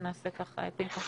אז נוכל כמובן לעבור